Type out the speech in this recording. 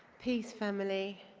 peace, family,